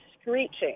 screeching